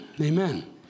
Amen